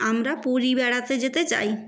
আমরা পুরী বেড়াতে যেতে চাই